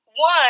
One